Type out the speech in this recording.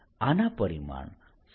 આનું પરિમાણ 1r છે